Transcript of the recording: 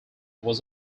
was